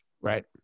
Right